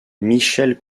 michel